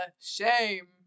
shame